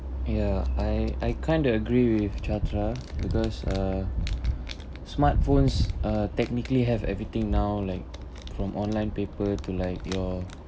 yeah I I kind of agree with chatra because uh smartphones uh technically have everything now like from online paper to like your